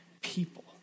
people